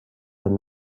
than